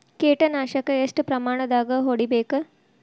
ಕೇಟ ನಾಶಕ ಎಷ್ಟ ಪ್ರಮಾಣದಾಗ್ ಹೊಡಿಬೇಕ?